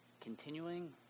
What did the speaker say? Continuing